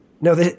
no